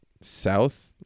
south